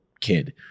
kid